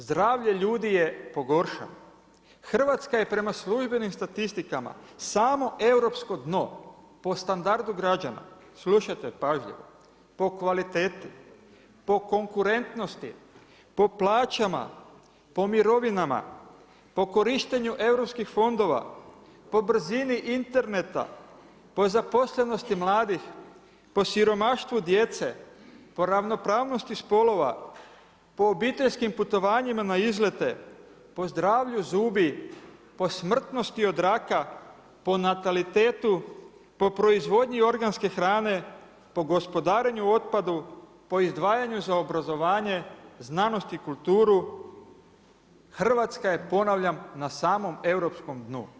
Zdravlje ljudi je pogoršano, Hrvatska je prema službenim statistikama samo europsko dno po standardu građana. slušajte pažljivo, po kvaliteti, po konkurentnosti, po plaćama, po mirovinama, po korištenju europskih fondova, po brzini interneta, po zaposlenosti mladih, po siromaštvu djece, po ravnopravnosti spolova, po obiteljskim putovanjima na izlete, po zdravlju zubi, po smrtnosti od raka, po natalitetu, po proizvodnji organske hrane, po gospodarenju otpadu, po izdvajanju za obrazovanje, znanost i kulturu Hrvatska je ponavljam na samom europskom dnu.